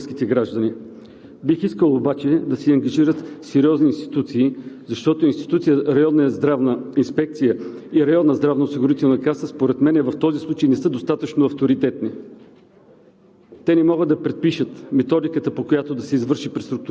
мерките, които помагат да се опази здравето и животът на българските граждани. Бих искал обаче да се ангажират сериозни институции, защото институцията „районна здравна инспекция“ и „районна здравноосигурителна каса“ според мен в този случай не са достатъчно авторитетни.